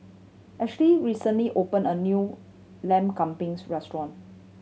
Ashlea recently opened a new Lamb Kebabs Restaurant